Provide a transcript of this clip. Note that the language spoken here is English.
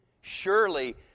Surely